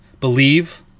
Believe